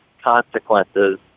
consequences